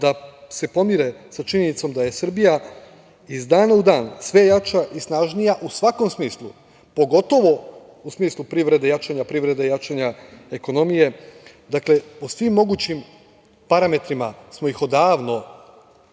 da se pomire sa činjenicom da je Srbija iz dana u dan sve jača i snažnija u svakom smislu, pogotovo u smislu privrede, jačanja privrede, jačanja ekonomije, dakle, po svim mogućim parametrima smo ih odavno,